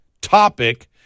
topic